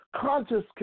conscious